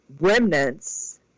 remnants